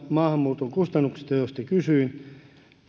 maahanmuuton kustannuksista joista kysyin